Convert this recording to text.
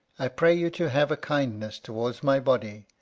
i pray you to have a kindness towards my body,